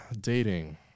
dating